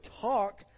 talk